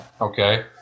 Okay